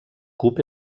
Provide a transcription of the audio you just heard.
cup